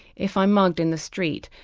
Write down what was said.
if i'm mugged in the street,